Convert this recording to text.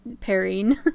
pairing